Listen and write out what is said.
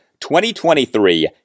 2023